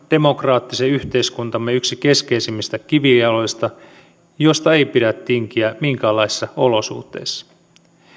demokraattisen yhteiskuntamme yksi keskeisimmistä kivijaloista josta ei pidä tinkiä minkäänlaisissa olosuhteissa